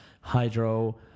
hydro